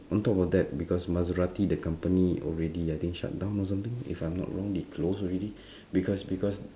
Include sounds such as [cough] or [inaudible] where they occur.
on top of that because maserati the company already I think shut down or something if I'm not wrong they close already [breath] because because